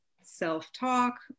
self-talk